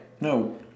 No